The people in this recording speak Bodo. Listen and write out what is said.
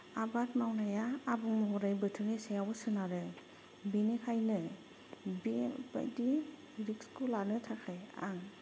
आबाद मावनाया आबुं महरै बोथोरनि सायाव सोनारो बेनिखायनो बेबायदि रिक्सखौ लानो थाखाय आं